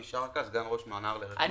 בבקשה.